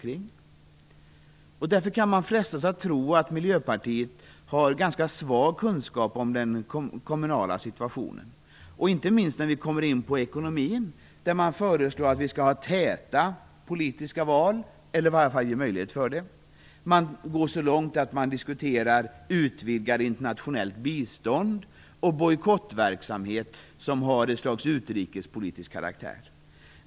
Man kan mot denna bakgrund frestas tro att Miljöpartiet har ganska svag kunskap om den kommunala situationen, inte minst ekonomiskt. Man föreslår täta politiska val eller vill i varje fall ge möjlighet för det, och man går så långt att man diskuterar utvidgat internationellt bistånd och bojkottverksamhet av ett slags utrikespolitisk karaktär.